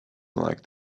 like